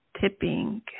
tipping